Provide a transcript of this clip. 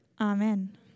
Amen